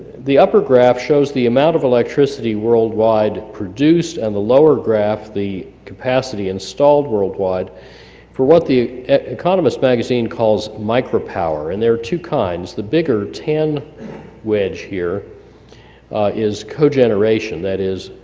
the upper graph shows the amount of electricity worldwide produced, and the lower graph the capacity installed worldwide for what the economist magazine calls micropower, and there are two kinds. the bigger tan wedge here is cogeneration that is